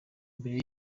mbere